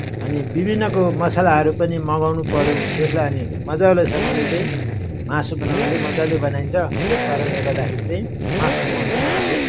अनि विभिन्नको मसलाहरू पनि मगाउनु पर्यो त्यसलाई अनि मज्जालेसँगले चाहिँ मासु बनाउँदा चाहिँ मज्जाले बनाइन्छ त्यस कारणले गर्दाखेरि चाहिँ मासु पकाउनु चाहिँ मलाई अलि